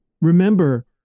Remember